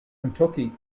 kentucky